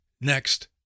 next